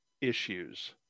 issues